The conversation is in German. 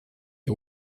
ihr